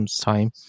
time